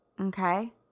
okay